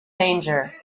danger